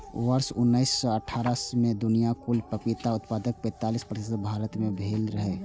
वर्ष उन्नैस सय अट्ठारह मे दुनियाक कुल पपीता उत्पादनक पैंतालीस प्रतिशत भारत मे भेल रहै